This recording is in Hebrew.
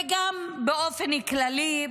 וגם באופן כללי,